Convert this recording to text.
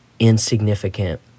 insignificant